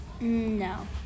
No